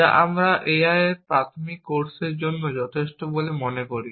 যা আমি A I এর একটি প্রাথমিক কোর্সের জন্য যথেষ্ট বলে মনে করি